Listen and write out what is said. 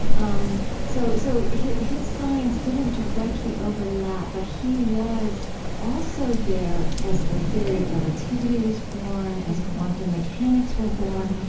um so so his his science didn't directly overlap, but he was also there as the theory of relativity was born, as quantum mechanics were born.